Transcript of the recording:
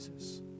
Jesus